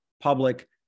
public